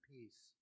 peace